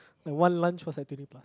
like one lunch was like twenty